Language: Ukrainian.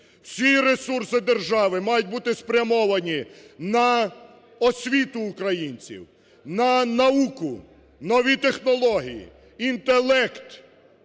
всі ресурси держави мають бути спрямовані на освіту українців, на науку, нові технології, інтелект,